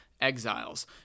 exiles